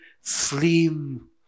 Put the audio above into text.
slim